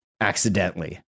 Accidentally